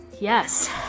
Yes